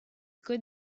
good